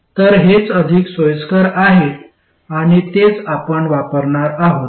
तर हेच अधिक सोयीस्कर आहे आणि तेच आपण वापरणार आहोत